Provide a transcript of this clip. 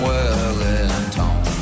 Wellington